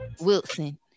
Wilson